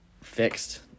fixed